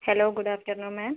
hello good afternoon ma'am